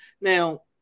Now